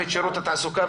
עם שירות התעסוקה,